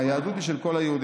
היהדות היא של כל היהודים.